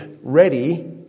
ready